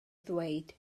ddweud